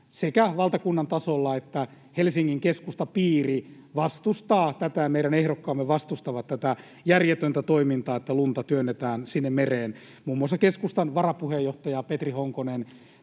valtakunnan tasolla sekä keskustan Helsingin piiri vastustaa — meidän ehdokkaamme vastustavat — tätä järjetöntä toimintaa, että lunta työnnetään sinne mereen. Muun muassa keskustan varapuheenjohtaja Petri Honkonen